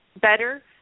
better